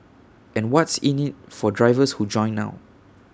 and what's in IT for drivers who join now